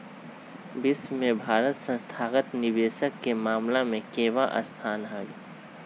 विश्व में भारत के संस्थागत निवेशक के मामला में केवाँ स्थान हई?